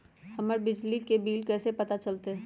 हमर बिजली के बिल कैसे पता चलतै?